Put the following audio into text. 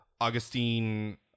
Augustine